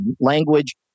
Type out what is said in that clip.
language